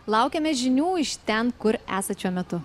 laukiame žinių iš ten kur esat šiuo metu